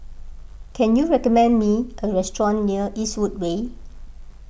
can you recommend me a restaurant near Eastwood Way